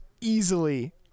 easily